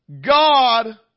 God